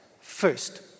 first